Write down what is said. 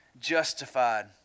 justified